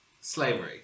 Slavery